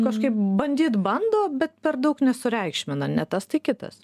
kažkaip bandyt bando bet per daug nesureikšmina ne tas tai kitas